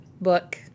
Book